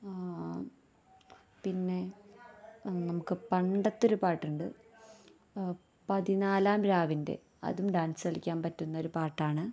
പിന്നെ നമുക്ക് പണ്ടത്തെയൊരു പാട്ടുണ്ട് പതിനാലാം രാവിന്റെ അതും ഡാന്സ് കളിക്കാൻ പറ്റുന്നൊരു പാട്ടാണ്